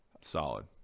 solid